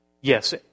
Yes